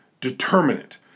Determinate